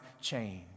change